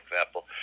example